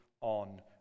on